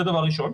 זה דבר ראשון.